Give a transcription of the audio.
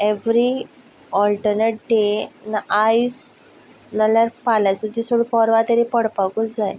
every alternate day ना आयज ना जाल्यार फाल्यांचो दीस सोडून पर्वां तरी पडपाकच जाय